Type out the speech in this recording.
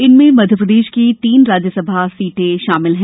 इनमें मध्यप्रदेश की तीन राज्यसभा सीटें भी शामिल हैं